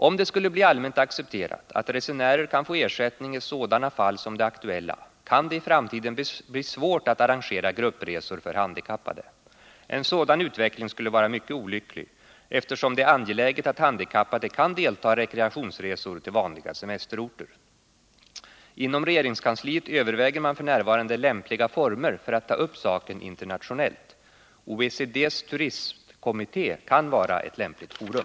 Om det skulle bli allmänt accepterat att resenärer kan få ersättning i sådana fall som det aktuella, kan det i framtiden bli svårt att arrangera gruppresor för handikappade. En sådan utveckling skulle vara mycket olycklig, eftersom det är angeläget att handikappade kan delta i rekreationsresor till vanliga semesterorter. Inom regeringskansliet överväger man f. n. lämpliga former för att ta upp saken internationellt. OECD:s turismkommitté kan vara ett lämpligt forum.